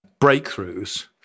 breakthroughs